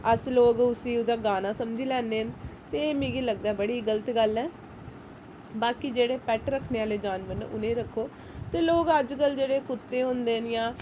अस लोक उसी गाना ओह्दा समझी लैंदे न ते एह् मिगी लगदा ऐ बड़ी गलत गल्ल ऐ बाकी जेह्ड़े पैट रक्खने आह्ले जानवर न उ'नेंगी रक्खो ते लोक अज्जकल जेह्ड़े कुत्ते होंदे न जां